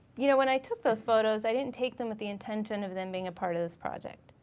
you know when i took those photos i didn't take them with the intention of them being a part of this project.